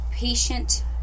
Patient